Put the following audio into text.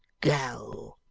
go